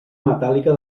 metàl·lica